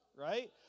right